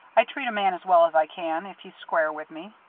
i treat a man as well as i can, if he's square with me.